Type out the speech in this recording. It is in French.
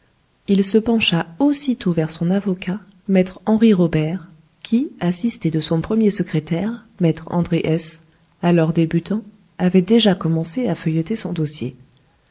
il se pencha aussitôt vers son avocat me henri robert qui assisté de son premier secrétaire me andré hesse alors débutant avait déjà commencé à feuilleter son dossier